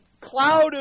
cloud